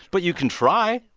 but you can try.